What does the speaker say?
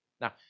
Now